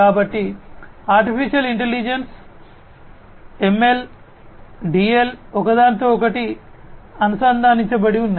కాబట్టి artificial intelligence ML DL ఇవి ఒకదానితో ఒకటి అనుసంధానించబడి ఉన్నాయి